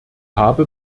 habe